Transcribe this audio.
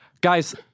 guys